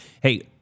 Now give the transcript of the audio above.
Hey